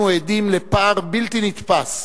אנחנו עדים לפער בלתי נתפס